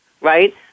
right